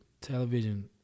Television